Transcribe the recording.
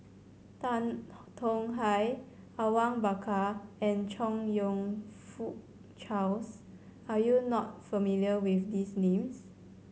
Tan Tong Hye Awang Bakar and Chong You Fook Charles are you not familiar with these names